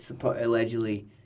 allegedly